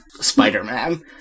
Spider-Man